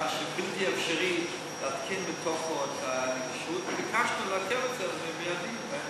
הקשים ביותר בכל מדינות המערב, או מדינות ה-OECD,